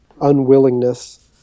unwillingness